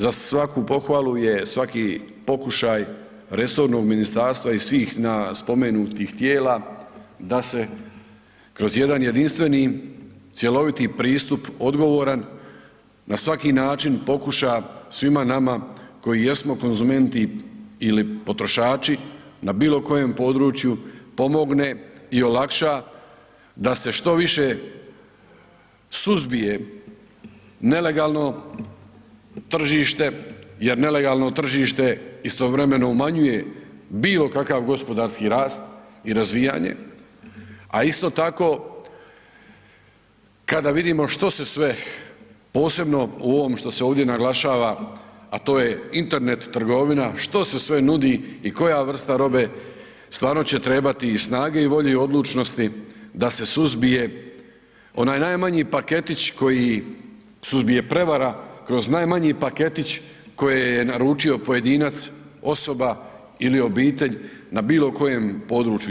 Za svaku pohvalu je svaki pokušaj resornog ministarstva i svih na spomenutih tijela da se kroz jedan jedinstveni cjeloviti pristup odgovoran, na svaki način pokuša svima nama koji jesmo konzumenti ili potrošači na bilo kojem području pomogne i olakša da se što više suzbije nelegalno tržište jer nelegalno tržište istovremeno umanjuje bilo kakav gospodarski rast i razvijanje, a isto tako, kada vidimo što se sve, posebno u ovom što se ovdje naglašava, a to je internet trgovina, što se sve nudi i koja vrsta robe, stvarno će trebati i snage i volje i odlučnosti da se suzbije onaj najmanji paketić koji suzbije prevara kroz najmanji paketić koji je naručio pojedinac, osoba ili obitelj na bilo kojem području.